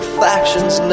factions